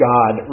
God